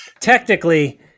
Technically